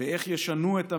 בשאלה איך ישנו את המגמה,